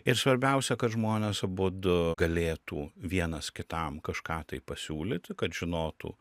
ir svarbiausia kad žmonės abudu galėtų vienas kitam kažką tai pasiūlyti kad žinotų